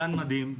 גן מדהים,